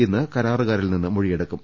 ഇന്ന് കരാറുകാരിൽ നിന്ന് മൊഴിയെടുക്കും